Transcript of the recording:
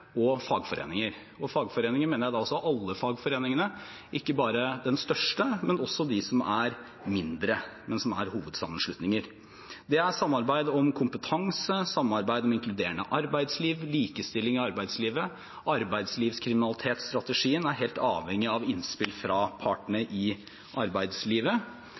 og fagforeninger. Og med fagforeninger mener jeg da alle fagforeningene, ikke bare den største, men også de som er mindre, men som er hovedsammenslutninger. Det er samarbeid om kompetanse, samarbeid om inkluderende arbeidsliv og likestilling i arbeidslivet. Arbeidslivskriminalitetsstrategien er helt avhengig av innspill fra partene i arbeidslivet.